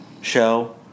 show